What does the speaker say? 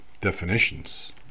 definitions